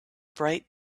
bright